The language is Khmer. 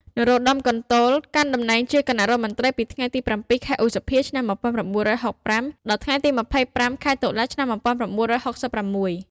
នរោត្តម កន្តុល កាន់តំណែងជាគណៈរដ្ឋមន្ត្រីពីថ្ងៃទី ៧ ខែឧសភា ឆ្នាំ១៩៦៥ ដល់ថ្ងៃទី ២៥ ខែតុលា ឆ្នាំ១៩៦៦។